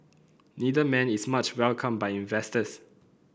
neither man is much welcomed by investors